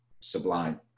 sublime